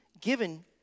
given